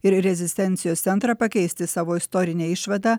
ir rezistencijos centrą pakeisti savo istorinę išvadą